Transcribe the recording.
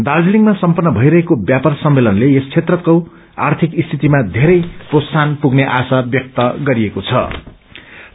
दार्जीलिङमा सम्पन्न भईरहेको व्यापार सम्मेलनले यस क्षेत्रको आर्थिक स्थिति मा वेरै प्रोत्साइन पुग्ने आशा व्यक्त गरिएक्रे छ